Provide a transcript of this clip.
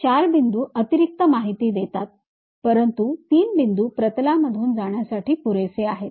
हे चार बिंदू अतिरिक्त माहिती देतात परंतु तीन बिंदू प्रतलामधून जाण्यासाठी पुरेसे आहेत